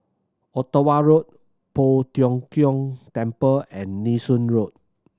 Ottawa Road Poh Tiong Kiong Temple and Nee Soon Road